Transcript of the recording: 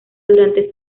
durante